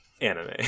anime